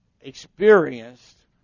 experienced